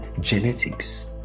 genetics